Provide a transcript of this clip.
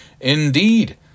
Indeed